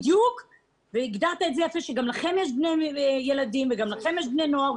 אמרת יפה שגם לכם, המשטרה, יש ילדים, בני נוער,